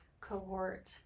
cohort